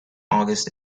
august